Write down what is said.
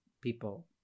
people